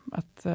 att